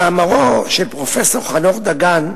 במאמרו של פרופסור חנוך דגן,